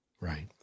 Right